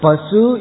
Pasu